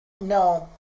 No